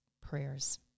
prayers